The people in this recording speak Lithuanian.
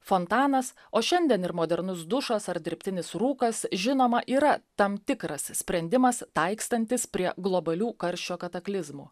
fontanas o šiandien ir modernus dušas ar dirbtinis rūkas žinoma yra tam tikras sprendimas taikstantis prie globalių karščio kataklizmų